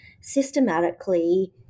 systematically